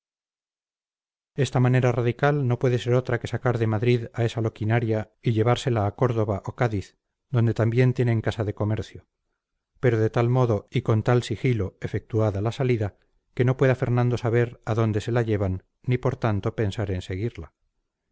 esta manera radical no puede ser otra que sacar de madrid a esa loquinaria y llevársela a córdoba o cádiz donde también tienen casa de comercio pero de tal modo y con tal sigilo efectuada la salida que no pueda fernando saber a dónde se la llevan ni por tanto pensar en seguirla